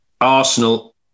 Arsenal